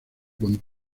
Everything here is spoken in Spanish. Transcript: con